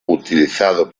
utilizado